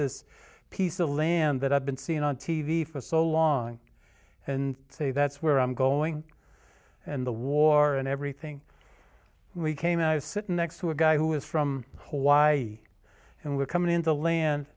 this piece of land that i've been seeing on t v for so long and say that's where i'm going and the war and everything we came in i was sitting next to a guy who was from hole y and were coming in to land